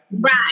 Right